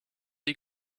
die